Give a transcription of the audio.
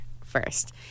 first